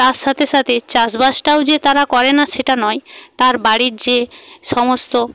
তার সাথে সাথে চাষবাসটাও যে তারা করে না সেটা নয় তার বাড়ির যে সমস্ত